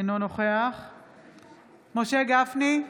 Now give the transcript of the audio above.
אינו נוכח משה גפני,